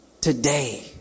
today